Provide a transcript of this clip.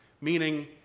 Meaning